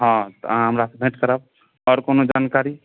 हँ तऽ अहाँ हमरासँ भेट करब आओर कोनो जानकारी